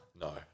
No